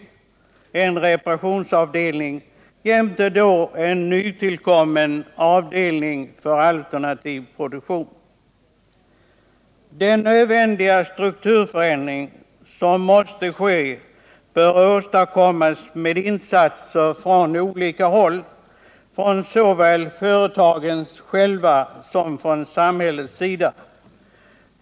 Där bör också finnas en reparationsavdelning jämte en nytillkommen avdelning för alternativ produktion. Den nödvändiga strukturförändring som måste ske bör åstadkommas med insatser från olika håll — från såväl företaget självt som från samhällets sida.